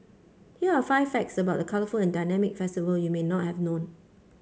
here are five facts about the colourful and dynamic festival you may not have known